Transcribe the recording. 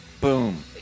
Boom